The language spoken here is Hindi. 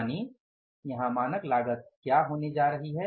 यानि यहाँ मानक लागत क्या होने जा रही है